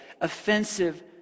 offensive